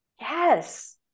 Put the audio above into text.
Yes